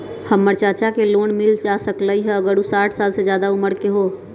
हमर चाचा के लोन मिल जा सकलई ह अगर उ साठ साल से जादे उमर के हों?